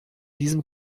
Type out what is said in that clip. diesem